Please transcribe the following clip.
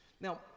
Now